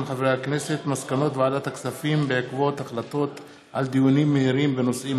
מסקנות ועדת הכספים בעקבות דיון מהיר בהצעתם